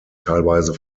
teilweise